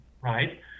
right